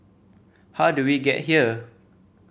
how did we get here